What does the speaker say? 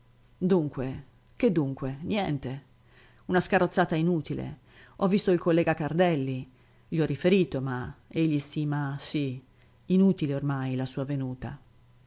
dunque che dunque niente una scarrozzata inutile ho visto il collega cardelli gli ho riferito ma egli stima sì inutile ormai la sua venuta